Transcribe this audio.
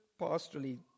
pastorally